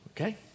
okay